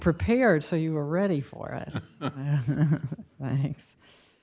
prepared so you were ready for us thanks